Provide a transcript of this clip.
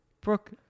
Brooke